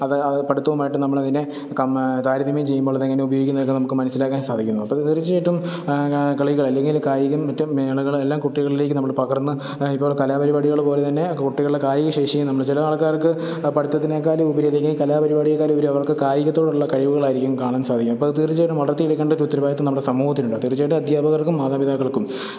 അത് അത് പഠിത്തവുമായിട്ട് നമ്മളതിനെ കമ്മ താരതമ്യം ചെയ്യുമ്പോൾ അതെങ്ങനെ ഉപയോഗിക്കാമെന്നൊക്കെ നമുക്ക് മനസ്സിലാക്കാൻ സാധിക്കുന്നു അപ്പോൾ തീർച്ചയായിട്ടും കളികൾ അല്ലെങ്കിൽ കായികം മറ്റും മേളകൾ എല്ലാം കുട്ടികളിലേക്ക് നമ്മൾ പകർന്ന് ഇപ്പം കലാപരിപാടികൾ പോലെ തന്നെ കുട്ടികളുടെ കായികശേഷിയും നമ്മൾ ചില ആൾക്കാർക്ക് പഠിത്തത്തിനേക്കാളുമുപരി അല്ലെങ്കിൽ കലാപരിപാടിയേക്കാളുമുപരി അല്ലെങ്കിൽ അവർക്ക് കായികത്തോടുള്ള കഴിവുകളായിരിക്കും കാണാൻ സാധിക്കുന്നത് അപ്പോൾ അത് തീർച്ചയായിട്ടും വളർത്തിയെടുക്കേണ്ടതായിട്ടുള്ള ഉത്തരവാദിത്വം നമ്മുടെ സമൂഹത്തിനുണ്ട് തീർച്ചയായിട്ടും അധ്യാപകർക്കും മാതാപിതാക്കൾക്കും